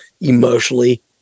emotionally